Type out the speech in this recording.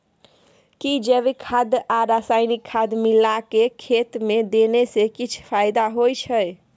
कि जैविक खाद आ रसायनिक खाद मिलाके खेत मे देने से किछ फायदा होय छै?